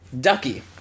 Ducky